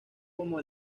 como